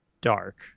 dark